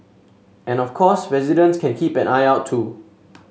and of course residents can keep an eye out too